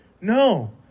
No